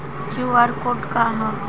QR code का ह?